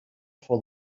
for